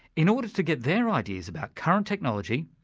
in order to get their ideas about current technology,